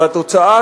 והתוצאה,